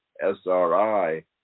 SRI